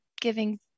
giving